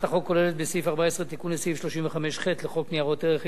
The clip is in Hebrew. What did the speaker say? הצעת החוק כוללת בסעיף 14 תיקון לסעיף 35ח לחוק ניירות ערך,